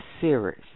series